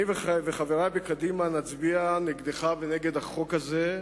אני וחברי בקדימה נצביע נגדך ונגד החוק הזה,